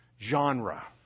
genre